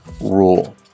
rule